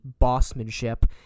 bossmanship